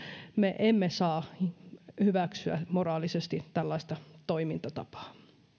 me emme saa hyväksyä moraalisesti tällaista toimintatapaa